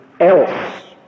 else